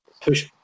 push